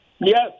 Yes